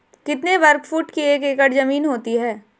कितने वर्ग फुट की एक एकड़ ज़मीन होती है?